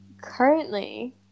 currently